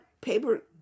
paper